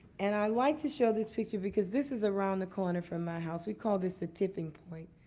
and i like to show this picture because this is around the corner from my house. we call this a tipping point.